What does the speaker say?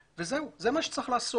וזהו, זה מה שצריך לעשות.